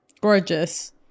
Gorgeous